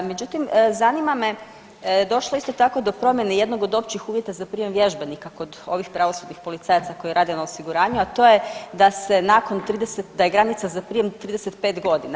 Međutim, zanima me, došlo je isto tako do promjene jednog od općih uvjeta za prijem vježbenika kod ovih pravosudnih policajaca koji rade na osiguranju a to je da je granica za prijem 35 godina.